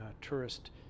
tourist